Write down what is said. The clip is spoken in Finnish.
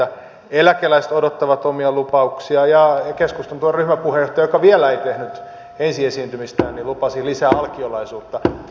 eläkeläiset odottavat omia lupauksiaan ja keskustan ryhmäpuheenjohtaja joka vielä ei tehnyt ensiesiintymistään lupasi lisää alkiolaisuutta